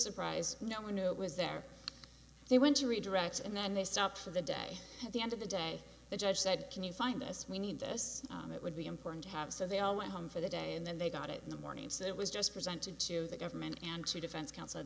surprise no one knew it was there they went to redirect and then they stopped for the day at the end of the day the judge said can you find this we need this and it would be important to have so they all went home for the day and then they got it in the morning so it was just presented to the government and to defense counsel at